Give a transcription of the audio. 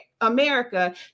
America